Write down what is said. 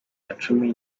nacumi